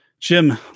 Jim